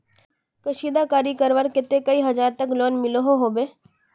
कशीदाकारी करवार केते कई हजार तक लोन मिलोहो होबे?